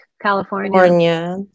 California